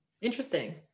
Interesting